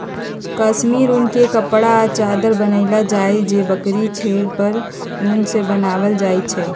कस्मिर उन के कपड़ा आ चदरा बनायल जाइ छइ जे बकरी के घेट पर के उन से बनाएल जाइ छइ